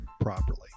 properly